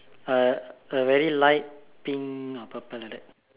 uh a very light pink or purple like that